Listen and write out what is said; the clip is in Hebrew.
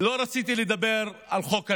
לא רציתי לדבר על חוק הלאום,